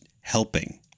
helping